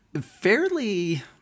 fairly